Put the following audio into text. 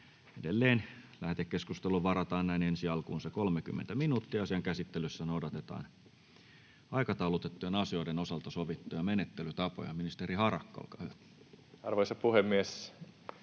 Edelleen lähetekeskusteluun varataan näin ensi alkuun 30 minuuttia. Asian käsittelyssä noudatetaan aikataulutettujen asioiden osalta sovittuja menettelytapoja. — Ministeri Harakka, olkaa hyvä. Arvoisa puhemies!